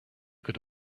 could